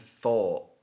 thought